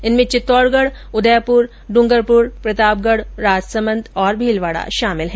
इनमें चित्तौड़गढ़ उदयपुर ड्रंगरपुर प्रतापगढ राजसमन्द और भीलवाड़ा शामिल है